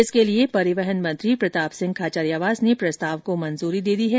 इसके लिए परिवहन मंत्री प्रताप सिंह खाचरियावास ने प्रस्ताव को मंजूरी दे दी है